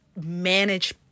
manage